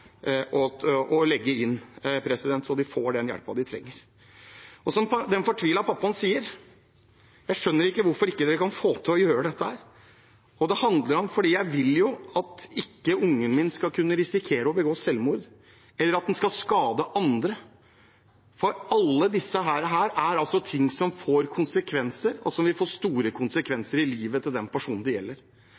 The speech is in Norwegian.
å legge dem inn, så de får den hjelpen de trenger. Som den fortvilte pappaen sier: Jeg skjønner ikke hvorfor dere ikke kan få til å gjøre dette, for det handler om at jeg ikke vil at ungen min skal kunne risikere å begå selvmord, eller at han skal skade andre. Alt dette er ting som får konsekvenser, og som vil få store konsekvenser for livet til den personen det gjelder.